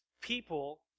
people